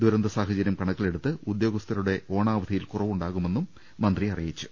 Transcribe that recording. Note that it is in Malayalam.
ദുരന്ത സാഹചര്യം കണക്കിലെടുത്ത് ഉദ്യോഗസ്ഥരുടം ഓണാവധിയിൽ കുറവുണ്ടാകുമെന്നും മന്ത്രി അറിയിച്ചു